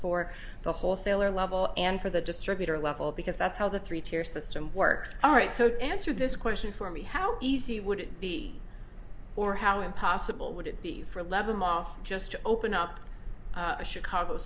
for the wholesaler level and for the distributor level because that's how the three tier system works alright so to answer this question for me how easy would it be or how impossible would it be for a level mobs just to open up a chicago